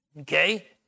Okay